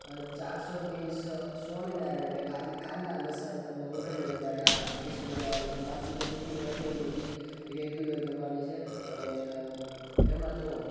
ચારસો ડીશ સ્વામિનારાયણ એટલે કે કાં કાંદા લસણ વગરની તમારે ડીશ બનાવવાની છે બાકી તમારે જેટલી વધે એટલી એ બધી રેગ્યુલર કરવાની છે અને એમાં જોવો